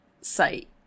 site